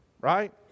Right